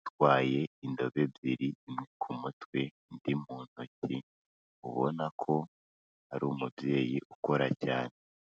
utwaye indobo ebyiri ku mutwe indi mu ntoki, ubona ko ari umubyeyi ukora cyane.